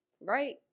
Right